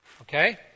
Okay